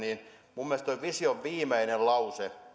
minun mielestäni tuo vision viimeinen lause